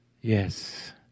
Yes